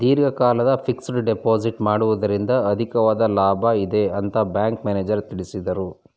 ದೀರ್ಘಕಾಲದ fixed deposit ಮಾಡುವುದರಿಂದ ಅಧಿಕವಾದ ಲಾಭ ಇದೆ ಅಂತ ಬ್ಯಾಂಕ್ ಮ್ಯಾನೇಜರ್ ತಿಳಿಸಿದರು